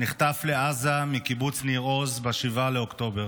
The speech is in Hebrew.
נחטף לעזה מקיבוץ ניר עוז ב-7 באוקטובר.